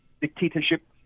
dictatorship